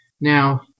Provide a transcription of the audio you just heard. Now